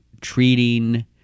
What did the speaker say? treating